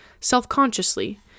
Self-consciously